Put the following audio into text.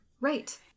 Right